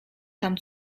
tam